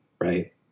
right